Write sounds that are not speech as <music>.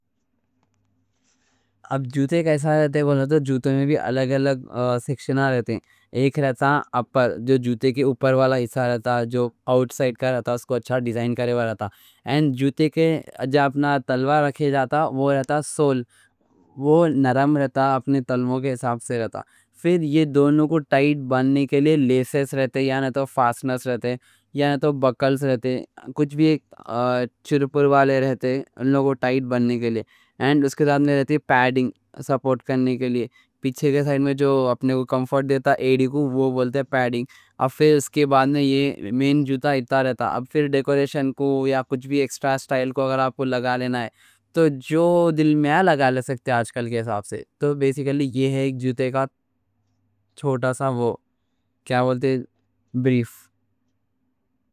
اب جوتے کیسا رہتے ہیں، جوتوں میں بھی الگ الگ۔ <hesitation> سیکشن رہتے ہیں۔ ایک رہتا اپر، جو جوتے کے اوپر والا حصہ رہتا، جو آؤٹسائڈ کا رہتا، اسکو اچھا ڈیزائن کرے والا رہتا۔ اور جوتے کے جہاں اپنا تلوا رکھے جاتا، وہ رہتا سول؛ وہ نرم رہتا، اپنے تلوا کے حساب سے رہتا۔ پھر یہ دونوں کو ٹائٹ بننے کے لئے لیسز رہتے، یا نہ تو فاسنرز رہتے، یا نہ تو بکلز رہتے، کچھ بھی چھرپر والے رہتے، ان لوگوں کو ٹائٹ بننے کے لئے۔ اور اس کے ساتھ میں پیڈنگ، سپورٹ کرنے کے لئے، پیچھے کے سائڈ میں جو اپنے کو <hesitation> کمفورٹ دیتا، ایڈی کو وہ بولتے پیڈنگ۔ اب پھر اس کے بعد یہ مین جوتا رہتا۔ اب پھر ڈیکوریشن کو یا کچھ بھی ایکسٹرا اسٹائل کو اگر آپ کو لگا لینا ہے تو جو دل میں لگا لے سکتے، آج کل کے حساب سے۔ بسیکلی یہ ہے جوتے کا چھوٹا سا وہ۔ <hesitation> کیا بولتے ہے بریف۔